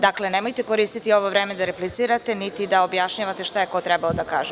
Dakle, nemojte koristiti ovo vreme da replicirate niti da objašnjavate šta je ko trebao da kaže.